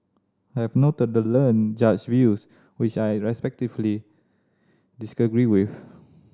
I have noted the learned Judge's views which I respectfully disagree with